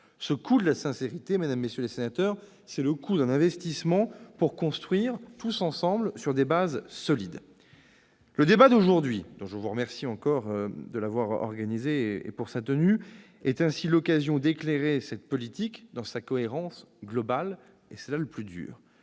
Ce coût de la sincérité, mesdames, messieurs les sénateurs, c'est le coût d'un investissement destiné à ce que nous construisions tous ensemble sur des bases solides. Le débat d'aujourd'hui- je vous remercie encore de l'avoir organisé -est ainsi l'occasion d'éclairer cette politique dans sa cohérence globale- c'est là le plus